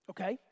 Okay